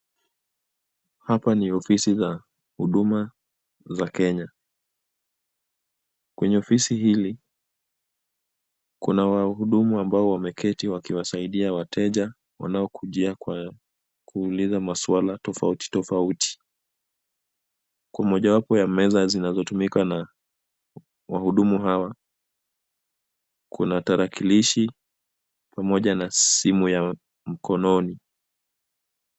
Hapa ni ofisi za Huduma za Kenya. Kwenye ofisi hili, kuna wahudumu ambao wameketi wakiwasaidia wateja wanaokujia kwa kuuliza masuala tofauti tofauti. Kuna mojawapo ya meza zinazotumika na wahudumu hawa, kuna tarakilishi pamoja na simu ya mkononi.